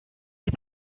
ils